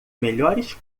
melhores